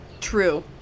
True